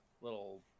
little